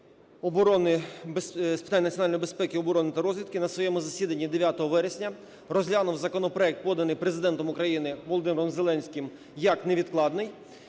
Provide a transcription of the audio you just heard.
питань національної безпеки, оборони та розвідки на своєму засіданні 9 вересня розглянув законопроект, поданий Президентом України Володимиром Зеленським як невідкладний.